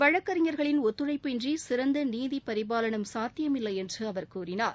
வழக்கறிஞர்களின் ஒத்துழைப்பு இன்றி சிறந்த நீதி பரிபாலனம் சாத்தியமில்லை என்று அவர் கூறினார்